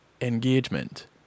engagement